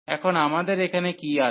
এখন আমাদের এখানে কি আছে